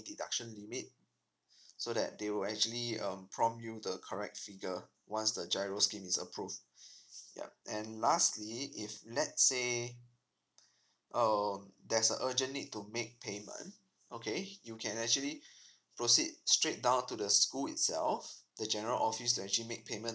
deduction limit so that they will actually um prompt you the correct figure once the giro scheme is approved ya and lastly if let's say uh there's a urgent need to make payment okay you can actually proceed straight down to the school itself the general office to actually make payment